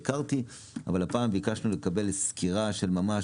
אבל הפעם ביקשנו לקבל סקירה של ממש,